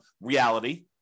reality